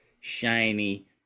shiny